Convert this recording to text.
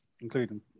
including